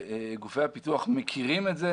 היזמים וגופי הפיתוח מכירים את זה.